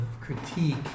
critique